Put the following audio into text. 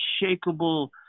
unshakable